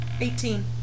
Eighteen